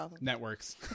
networks